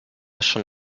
schon